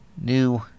new